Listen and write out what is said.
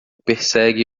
persegue